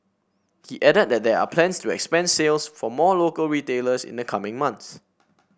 he added that there are plans to expand sales to more local retailers in the coming months